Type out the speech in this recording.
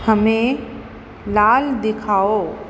हमें लाल दिखाओ